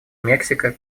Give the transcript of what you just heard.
мексика